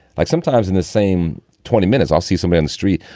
like sometimes in the same twenty minutes, i'll see some in street.